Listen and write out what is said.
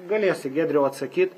galėsi giedriau atsakyt